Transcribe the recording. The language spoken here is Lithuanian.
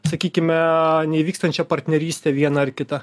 sakykime nevykstančia partneryste viena ar kita